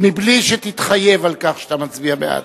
מבלי שתתחייב על כך שאתה מצביע בעד.